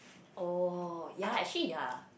oh ya actually ya